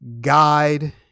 guide